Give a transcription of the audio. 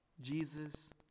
Jesus